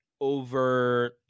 over